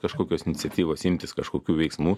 kažkokios iniciatyvos imtis kažkokių veiksmų